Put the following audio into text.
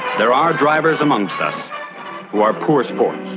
there are drivers amongst us who are poor sports.